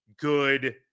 good